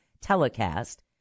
telecast